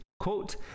Quote